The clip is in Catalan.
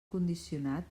condicionat